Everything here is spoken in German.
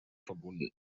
verbunden